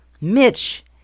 Mitch